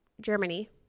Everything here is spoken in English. Germany